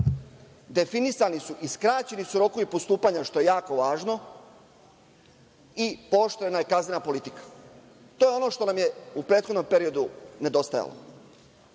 definisani su i skraćeni su rokovi postupanja, što je jako važno, i pooštrena je kaznena politika. To je ono što nam je u prethodnom periodu nedostajalo. Čitavo